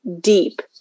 deep